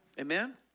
Amen